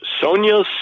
Sonia